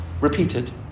Repeated